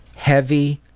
heavy,